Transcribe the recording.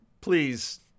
please